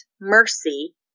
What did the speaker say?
mercy